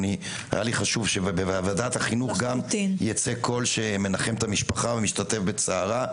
חשוב לי שבוועדת חינוך גם ייצא קול שמנחם את המשפחה ומשתתף בצערה.